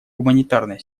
гуманитарная